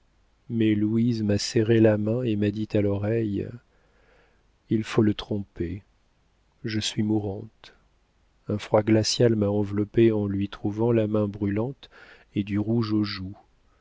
mais louise m'a serré la main et m'a dit à l'oreille il faut le tromper je suis mourante un froid glacial m'a enveloppée en lui trouvant la main brûlante et du rouge aux joues